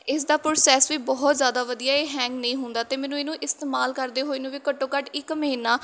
ਇਸ ਦਾ ਪ੍ਰੋਸੈਸ ਵੀ ਬਹੁਤ ਜ਼ਿਆਦਾ ਵਧੀਆ ਇਹ ਹੈਂਗ ਨਹੀਂ ਹੁੰਦਾ ਅਤੇ ਮੈਨੂੰ ਇਹਨੂੰ ਇਸਤੇਮਾਲ ਕਰਦੇ ਹੋਏ ਨੂੰ ਵੀ ਘੱਟੋ ਘੱਟ ਇੱਕ ਮਹੀਨਾ